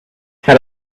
had